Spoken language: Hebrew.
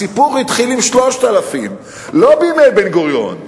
הסיפור התחיל עם 3,000. לא בימי בן-גוריון,